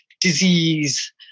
disease